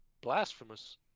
blasphemous